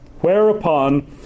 whereupon